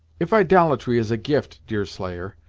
if idolatry is a gift, deerslayer,